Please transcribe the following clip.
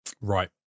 right